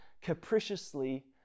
capriciously